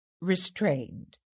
restrained